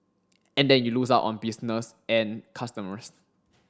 and then you lose out on business and customers